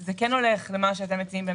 זה כן הולך אל מה שאתם מציעים,